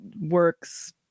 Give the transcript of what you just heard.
works